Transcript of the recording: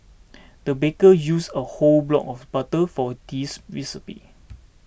the baker used a whole block of butter for this recipe